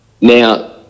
Now